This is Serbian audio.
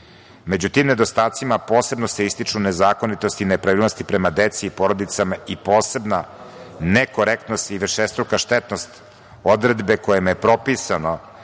Među tim nedostacima posebno se ističu nezakonitosti i nepravilnosti prema deci i porodicama i posebna nekorektnost i višestruka štetnost odredbe kojom je propisano